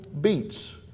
beets